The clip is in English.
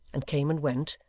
and came and went,